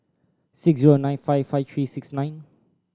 six zero nine five five three six nine